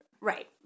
right